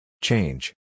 Change